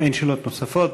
אין שאלות נוספות.